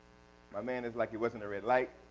my ma and is like it wasn't a red light.